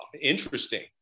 interesting